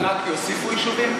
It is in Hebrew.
רק יוסיפו יישובים?